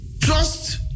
trust